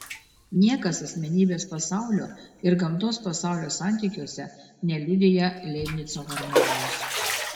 niekas asmenybės pasaulio ir gamtos pasaulio santykiuose neliudija leibnico harmonijos